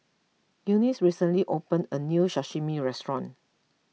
Eunice recently opened a new Sashimi restaurant